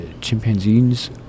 chimpanzees